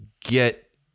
get